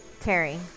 Terry